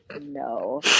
no